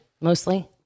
mostly